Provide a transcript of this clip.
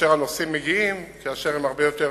כאשר הנושאים מגיעים, והם הרבה יותר